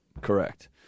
Correct